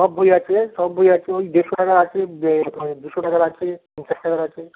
সব বই আছে সব বই আছে ওই দেড়শো টাকার আছে দুশো টাকার আছে পঞ্চাশ টাকার আছে